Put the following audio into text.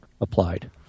applied